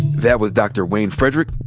that was dr. wayne frederick,